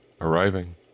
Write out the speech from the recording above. arriving